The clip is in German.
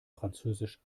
französisch